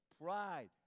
Pride